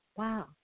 Wow